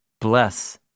bless